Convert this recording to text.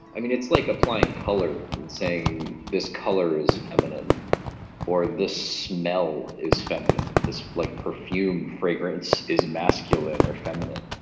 it's like applying colour and saying this colour is feminine or this smell is feminine, this like perfume, fragrance is masculine or feminine.